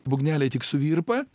būgneliai tik suvirpa